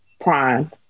Prime